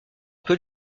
peu